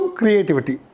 creativity